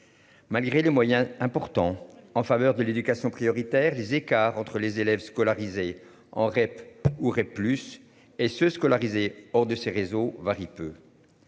Malgré les moyens importants en faveur de l'éducation prioritaire, les écarts entre les élèves scolarisés en REP ou REP plus et se scolarisés hors de ses réseaux varie peu.